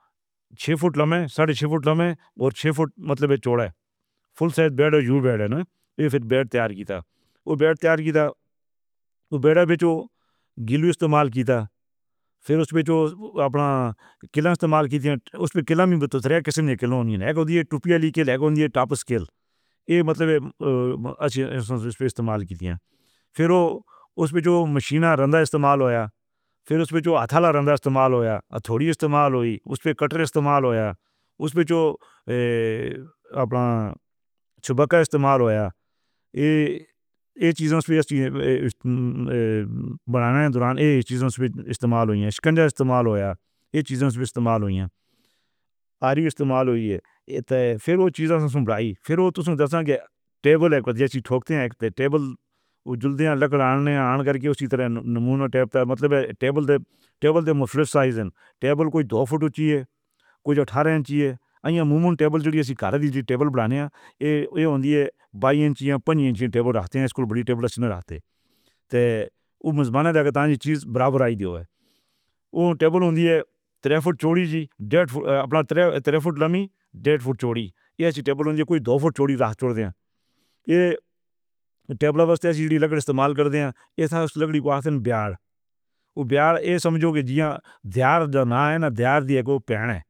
چھہ فٹ لمبے، ساڑھے چھہ فٹ لمبے تے چھہ فٹ مطلب چوڑا ہے۔ Full size bed, you bed ہے۔ پھر بیڈ تیار کی تو بیڈ تیار کی تھا۔ او بیڈ وی تو گرل استعمال کی تھی۔ پھر اوس وچ جو اپنا کلا استعمال کیتے اوس پے کلا وچ تو تین قسم دے ہونے اک ہوندی ہے ٹوپی والی کلا۔ اک ہوندی ہے ٹوپیس کلا۔ ایہ مطلب استعمال کی تھی۔ پھر او اوس وچ جو مشیناں رَن دا استعمال ہویا، پھر اوس وچ جو ہتھیلی رَن دا استعمال ہویا، اٹھوری استعمال ہوئی۔ اوس پے کٹر استعمال ہویا۔ اوس وچ جو اے اپنا-اپنا چُبکا استعمال ہویا ایہ ایہ چیزوں سے بنان دے دوران چیزوں دے استعمال ہوئے۔ شکنجہ استعمال ہویا۔ ایہ چیزوں دے استعمال ہوئے۔ آری استعمال ہوئی ہے۔ پھر او چیز اساں سنبائی، پھر تساں دیکھن دے ٹیبل دے اوپری جیویں ٹھوکدے نیں۔ ٹیبل او جلدی لکڑ آنے آن کر کے اسی طرح نمونہ ٹیپ دا مطلب ہے۔ ٹیبل ٹیبل پے مشکل سائز ٹیبل کوئی دو فٹ اُچی ہے۔ کوئی 18 انچ یا معمولی ٹیبل۔ جو کہ اسی گریڈ ٹیبل برانڈ ہے ایہ ایہ ہوندی ہے بائیں یا پنی انچ ٹیبل رکھدے نیں۔ سکول وڈی ٹیبل رکھدے سن تو میزبانوں دے تانے چیز برابر آ گئی ہو۔ ٹیبل ہوندی ایہ تین فٹ چوڑی ڈیڑھ فٹ۔ اپنے تیرہ تیرہ فٹ لمبی، ڈیڑھ فٹ چوڑی ٹیبل یا کوئی دو فٹ چوڑی راکھ رکھ دتیا۔ ایہ ٹیبل واسطے سیدھی لکڑ استعمال کردے نیں۔ ایس لکڑ کو آسن بیاج، بیاج سمجھو کہ جیوں بیاج نہ آۓ نہ بیاج دیۓ کو پڑھیں۔